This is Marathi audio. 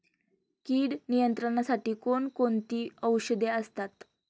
कीड नियंत्रणासाठी कोण कोणती औषधे असतात?